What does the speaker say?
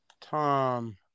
Tom